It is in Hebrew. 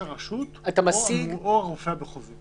--- ראש הרשות או הרופא המחוזי.